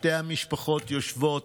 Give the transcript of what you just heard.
שתי המשפחות יושבות